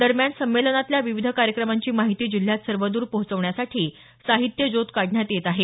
दरम्यान संमेलनातल्या विविध कार्यक्रमांची माहिती जिल्ह्यात सर्वद्र पोहोचवण्यासाठी साहित्य ज्योत काढण्यात येत आहे